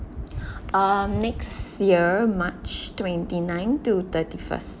uh next year march twenty nine to thirty first